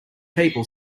people